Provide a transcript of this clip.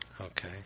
Okay